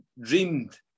dreamed